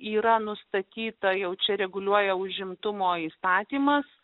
yra nustatyta jau čia reguliuoja užimtumo įstatymas